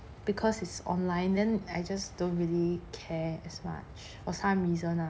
because it's online then I just don't really care as much for some reason lah